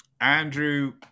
Andrew